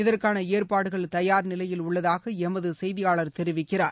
இதற்கான ஏற்பாடுகள் தயார் நிலையில் உள்ளதாக எமது செய்தியாளர் தெரிவிக்கிறார்